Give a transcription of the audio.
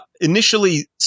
initially